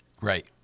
Right